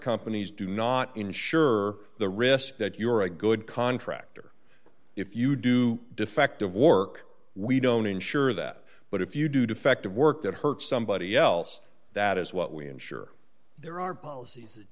companies do not insure the risk that you are a good contractor if you do defective work we don't insure that but if you do defective work that hurts somebody else that is what we ensure there are policies